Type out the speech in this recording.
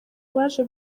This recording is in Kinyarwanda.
baje